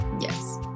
Yes